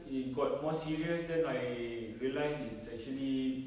it got more serious then I realise it's actually